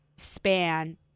Span